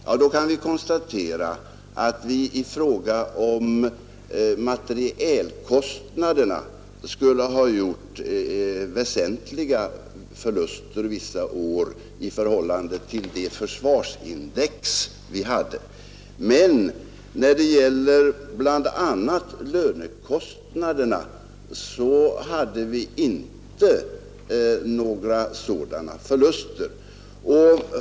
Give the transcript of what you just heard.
Jo, då kunde vi konstatera att vi i fråga om materielkostnader skulle ha gjort väsentliga förluster under vissa år. När det gäller bl.a. lönekostnaderna hade vi inte några sådana förluster.